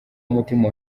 umutima